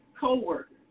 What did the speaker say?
coworkers